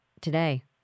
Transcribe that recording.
today